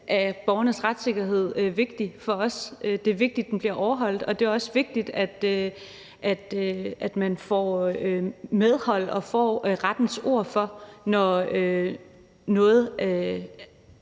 er borgernes retssikkerhed vigtig; det er vigtigt, den bliver overholdt, og det er også vigtigt, at man får medhold og får rettens ord for det, når noget